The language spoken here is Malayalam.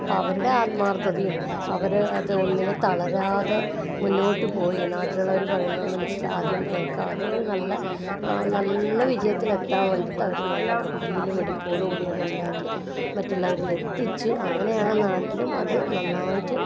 അപ്പോൾ അവരുടെ ആത്മാർത്ഥതയും അവർ അത് ഒന്നിലും തളരാതെ മുന്നോട്ടു പോയി നാട്ടിലുള്ളവർ പറയുന്നത് മനസ്സിലാദ്യം കേൾക്കാതെ അവർ നല്ല നല്ല വിജയത്തിലെത്താൻ വേണ്ടിയിട്ട് അവർ നല്ല വൃത്തിയിലും വെടിപ്പോട് കൂടിയും അതുണ്ടാക്കി മറ്റുള്ളവരിൽ എത്തിച്ചു അങ്ങനെയാണ് നാട്ടിലും അത് നന്നായിട്ട്